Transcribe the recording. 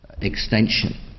extension